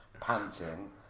panting